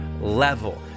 level